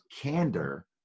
candor